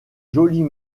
jolies